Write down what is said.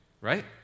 right